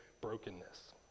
brokenness